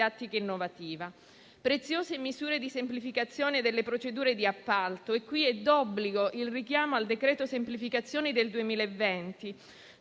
inoltre preziose misure di semplificazione delle procedure di appalto e qui è d'obbligo il richiamo al decreto-legge semplificazioni del 2020,